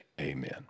amen